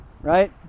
right